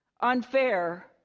Unfair